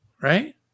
Right